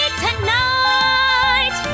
tonight